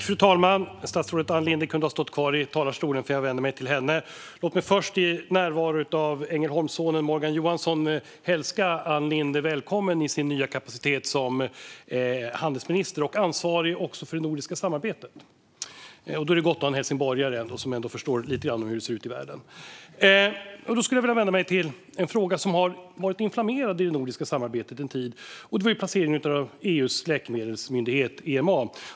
Fru talman! Statsrådet Ann Linde kunde ha stått kvar i talarstolen, för jag vänder mig till henne. Låt mig först i närvaro av Ängelholmssonen Morgan Johansson hälsa Ann Linde välkommen i sin nya roll som handelsminister och ansvarig även för det nordiska samarbetet. Då är det gott att tala med en helsingborgare som ändå förstår lite grann av hur det ser ut i världen. Jag ska ta upp en fråga som en tid har varit inflammerad i det nordiska samarbetet och gällde placeringen av EU:s läkemedelsmyndighet EMA.